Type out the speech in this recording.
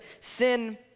Sin